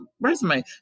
resume